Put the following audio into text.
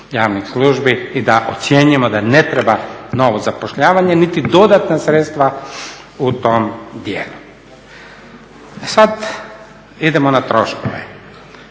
i da ocjenjujemo da ne treba novo zapošljavanje niti dodatna sredstva u tom dijelu. E sada idemo na troškove.